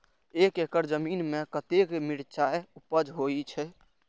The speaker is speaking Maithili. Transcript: एक एकड़ जमीन में कतेक मिरचाय उपज होई छै?